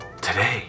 today